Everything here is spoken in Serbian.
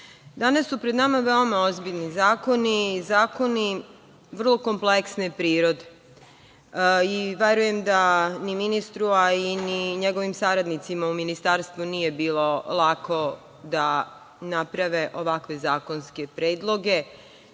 Danas su pred nama veoma ozbiljni zakoni, zakoni vrlo kompleksne prirode i verujem da, ni ministru, a ni njegovim saradnicima u Ministarstvu nije bilo lako da naprave ovakve zakonske predloge.